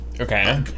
Okay